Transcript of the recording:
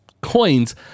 coins